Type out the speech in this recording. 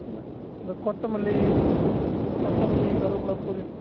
இந்த கொத்தமல்லி கொத்தமல்லி கருவேப்பிலை புதி